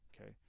okay